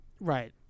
Right